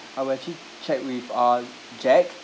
I will actually check with uh jack